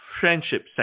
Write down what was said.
friendship